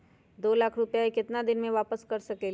दो लाख रुपया के केतना दिन में वापस कर सकेली?